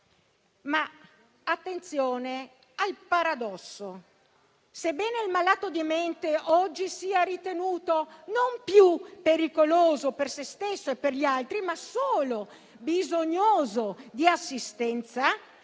Attenzione al paradosso: sebbene il malato di mente oggi sia ritenuto non più pericoloso per sé stesso e per gli altri, ma solo bisognoso di assistenza,